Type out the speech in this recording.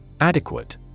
Adequate